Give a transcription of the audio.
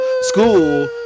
school